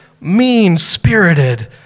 mean-spirited